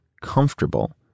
comfortable